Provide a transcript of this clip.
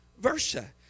versa